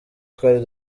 twari